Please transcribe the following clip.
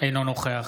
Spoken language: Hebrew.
אינו נוכח